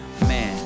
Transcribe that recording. man